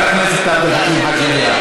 חבר הכנסת עבד אל חכים חאג' יחיא,